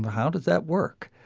how did that work.